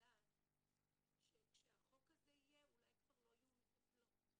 ולדעת שכשהחוק הזה יהיה אולי לא יהיו מטפלות.